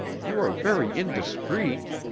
you are very indiscreet.